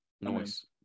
Nice